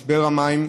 משבר המים.